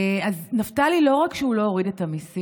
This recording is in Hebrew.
אז נפתלי, לא רק שהוא לא הוריד את המיסים,